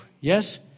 Yes